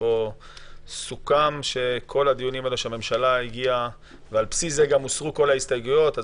שבו סוכמו כל הדברים ועל בסיס זה גם הוסרו כל ההסתייגויות,